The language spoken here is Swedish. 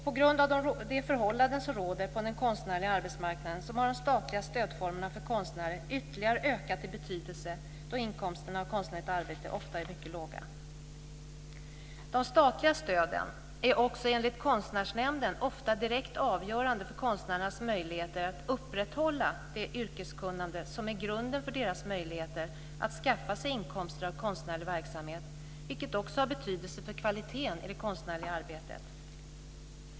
På grund av de förhållanden som råder på den konstnärliga arbetsmarknaden har de statliga stödformerna för konstnärer ytterligare ökat i betydelse då inkomsterna av konstnärligt arbete ofta är mycket låga. De statliga stöden är också enligt Konstnärsnämnden ofta direkt avgörande för konstnärernas möjligheter att upprätthålla det yrkeskunnande som är grunden för deras möjligheter att skaffa sig inkomster av konstnärlig verksamhet, vilket också har betydelse för kvaliteten i det konstnärliga arbetet.